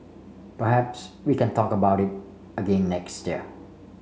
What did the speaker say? perhaps we can talk about it again next year